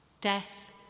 Death